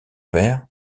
père